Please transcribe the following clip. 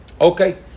Okay